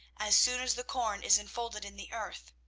as soon as the corn is enfolded in the earth,